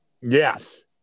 Yes